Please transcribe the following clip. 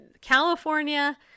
California